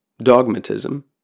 Dogmatism